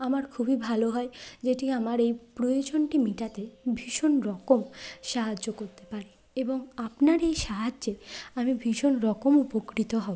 আমার খুবই ভালো হয় যেটি আমার এই প্রয়োজনটি মেটাতে ভীষণ রকম সাহায্য করতে পারে এবং আপনার এই সাহায্যে আমি ভীষণ রকম উপকৃত হবো